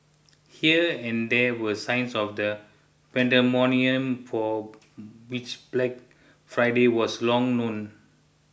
here and there were signs of the pandemonium for which Black Friday was long known